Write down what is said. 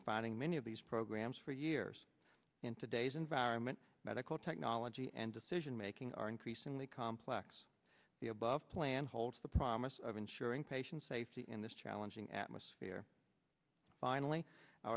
refining many of these programs for years in today's environment medical technology and decision making are increasingly complex the above plan holds the promise of ensuring patient safety in this challenging atmosphere finally i